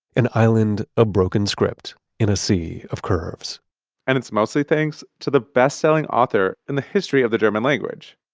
an island of broken script in a sea of curves and it's mostly thanks to the bestselling author and the history of the german language,